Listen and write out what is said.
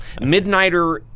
Midnighter